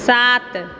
सात